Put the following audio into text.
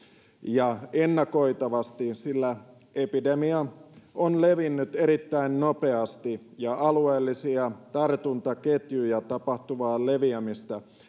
ja ennakoitavasti sillä epidemia on levinnyt erittäin nopeasti ja alueellisia tartuntaketjuja tapahtuvaa leviämistä